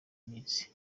minsi